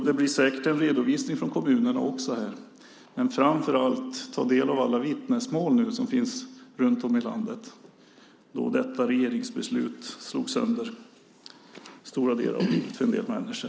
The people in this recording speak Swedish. Det blir säkert också en redovisning från kommunerna. Framför allt måste man nu ta del av alla vittnesmål som finns runt om i landet. Detta regeringsbeslut slog sönder stora delar av livet för en del människor.